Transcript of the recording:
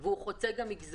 הדיור הציבורי חוצה מגזרים